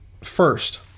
first